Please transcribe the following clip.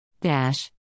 Dash